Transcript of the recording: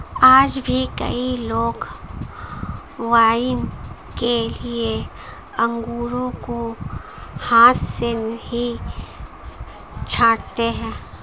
आज भी कई लोग वाइन के लिए अंगूरों को हाथ से ही छाँटते हैं